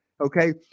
Okay